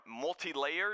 multi-layered